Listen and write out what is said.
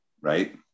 right